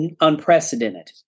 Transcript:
unprecedented